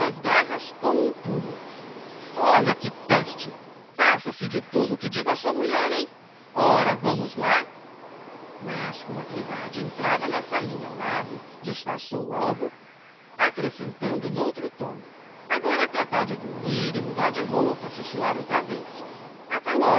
garras com um pulo olhe que peste faça-se de tolo que digo à sua mulher hein ora vamos lá mas como a piedade entrava na salinha ao lado disfarçou logo acrescentando noutro tom agora é tratar de dormir e mudar de roupa se suar outra vez